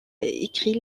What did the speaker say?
écrit